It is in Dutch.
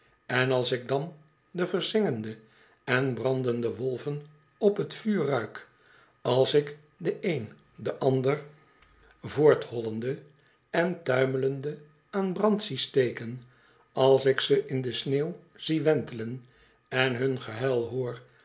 en als ik dan de verzengende en bradende wolven op t vuur ruik als ik den een den ander voorthollende en tuimelende aan brand zie steken als ik ze in de sneeuw zie wentelen en hun gehuil hoor